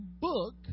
book